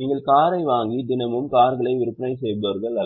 நீங்கள் காரை வாங்கி தினமும் கார்களை விற்பனை செய்பவர்கள் அல்ல